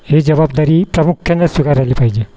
हे जबाबदारी प्रामुख्यानं स्वीकारली पाहिजे